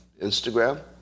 Instagram